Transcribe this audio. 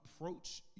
approach